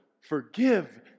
forgive